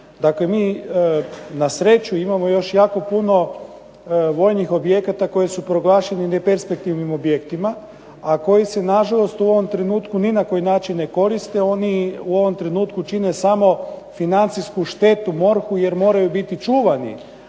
Dakle, mi na sreću imamo još jako puno vojnih objekata koji su proglašeni neperspektivnim objektima, a koji se na žalost u ovom trenutku ni na koji način ne koriste. Oni u ovom trenutku čine samo financijsku štetu MORH-u jer moraju biti čuvani.